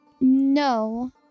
No